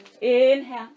Inhale